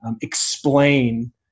explain